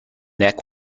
neck